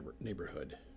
neighborhood